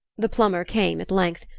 the plumber came at length,